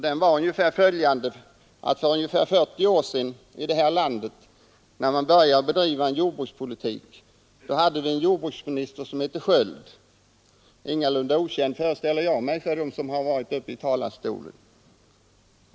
Den var följande: För ungefär 40 år sedan, när man började bedriva jordbrukspolitik i det här landet, hade vi en jordbruksminister som hette Sköld — ingalunda okänd, föreställer jag mig, för dem som varit uppe i talarstolen.